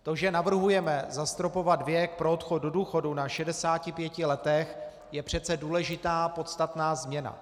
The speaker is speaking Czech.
To, že navrhujeme zastropovat věk pro odchod do důchodu na 65 letech, je přece důležitá podstatná změna.